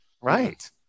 Right